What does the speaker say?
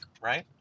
right